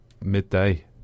midday